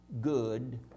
good